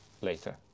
later